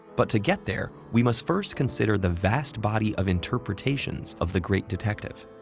but to get there, we must first consider the vast body of interpretations of the great detective.